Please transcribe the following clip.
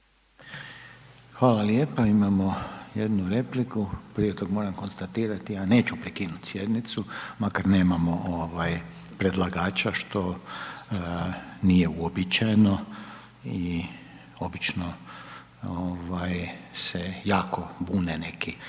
Hvala lijepa. Imamo jednu repliku, prije tog moram konstatirati, a neću prekinuti sjednicu, makar nemamo ovaj predlagača što nije uobičajeno i obično ovaj se jako bune neki